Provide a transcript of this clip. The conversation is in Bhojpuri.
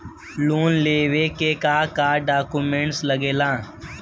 लोन लेवे के का डॉक्यूमेंट लागेला?